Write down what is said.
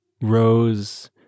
Rose